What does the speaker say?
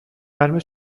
verme